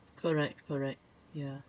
correct correct ya